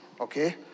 okay